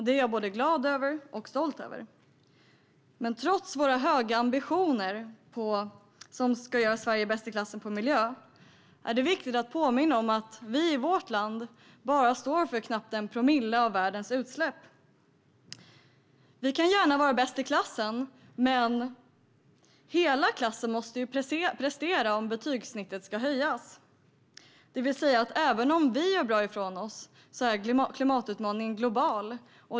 Det är jag både glad och stolt över. Men trots höga ambitioner, som ska göra Sverige bäst i klassen på miljö, är det viktigt att påminna om att vi i vårt land bara står för knappt 1 promille av världens utsläpp. Vi kan gärna vara bäst i klassen, men hela klassen måste prestera om betygssnittet ska höjas. Det innebär att även om just vi gör bra ifrån oss är klimatutmaningen global.